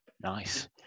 Nice